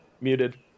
Muted